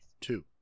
Two